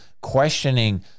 questioning